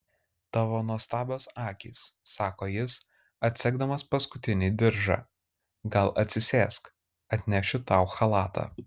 tavo nuostabios akys sako jis atsegdamas paskutinį diržą gal atsisėsk atnešiu tau chalatą